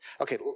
Okay